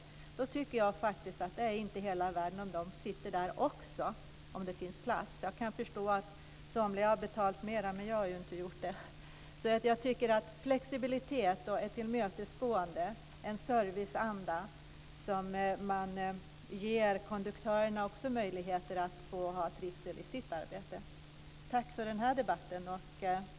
Jag tycker inte att det är hela världen att de också sitter där om det finns plats. Jag kan förstå om somliga som har betalat mer inte tycker det - jag har inte gjort det. Det borde finnas flexibilitet, tillmötesgående och serviceanda så att konduktörerna också får möjlighet till trivsel i sitt arbete. Tack för den här debatten!